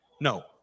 no